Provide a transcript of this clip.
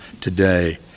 today